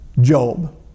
Job